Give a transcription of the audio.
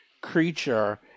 creature